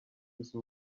use